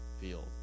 field